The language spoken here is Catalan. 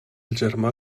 germà